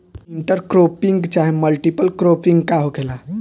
Inter cropping चाहे multiple cropping का होखेला?